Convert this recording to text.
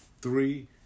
Three